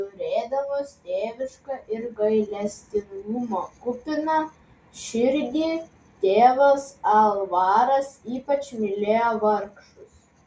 turėdamas tėvišką ir gailestingumo kupiną širdį tėvas alvaras ypač mylėjo vargšus